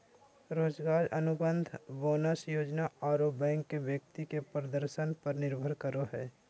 रोजगार अनुबंध, बोनस योजना आरो बैंक के व्यक्ति के प्रदर्शन पर निर्भर करो हइ